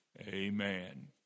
Amen